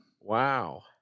Wow